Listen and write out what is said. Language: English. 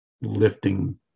lifting